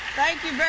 thank you.